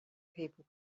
people